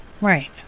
Right